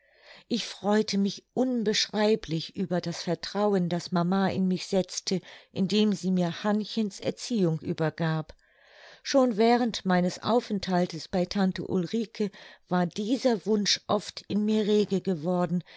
ich freute mich unbeschreiblich über das vertrauen das mama in mich setzte indem sie mir hannchens erziehung übergab schon während meines aufenthaltes bei tante ulrike war dieser wunsch oft in mir rege geworden